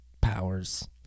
powers